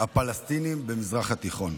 הפלסטינים במזרח התיכון.